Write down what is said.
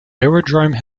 aerodrome